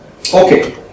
okay